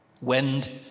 Wind